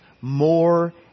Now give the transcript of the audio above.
more